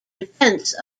defence